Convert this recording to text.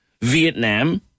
Vietnam